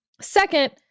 Second